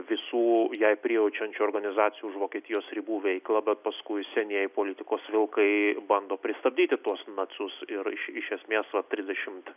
visų jai prijaučiančių organizacijų už vokietijos ribų veiklą bet paskui senieji politikos vilkai bando pristabdyti tuos nacius ir iš iš esmės trisdešimt